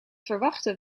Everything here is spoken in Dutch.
verwachte